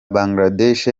bangladesh